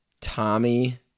Tommy